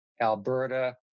Alberta